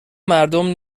مردم